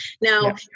now